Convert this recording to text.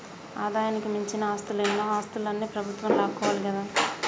ఆదాయానికి మించిన ఆస్తులన్నో ఆస్తులన్ని ప్రభుత్వం లాక్కోవాలి కదా